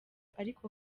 ariko